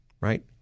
right